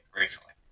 recently